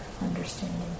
understanding